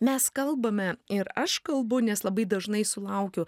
mes kalbame ir aš kalbu nes labai dažnai sulaukiu